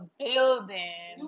building